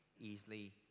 easily